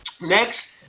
next